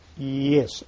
Yes